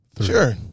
Sure